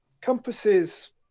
compasses